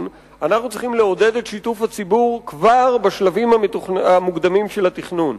אנחנו צריכים לעודד את שיתוף הציבור כבר בשלבים המוקדמים של התכנון.